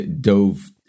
dove